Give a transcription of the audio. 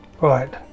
Right